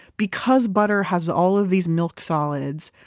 because butter has all of these milk solids,